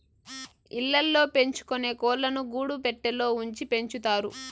ఇళ్ళ ల్లో పెంచుకొనే కోళ్ళను గూడు పెట్టలో ఉంచి పెంచుతారు